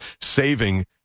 saving